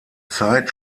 zeit